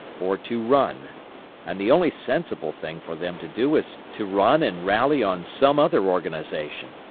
or to run and the only sensible thing for them to do is to run and rally on some other organization.